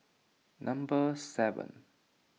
number seven